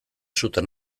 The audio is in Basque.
sutan